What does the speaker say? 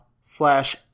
slash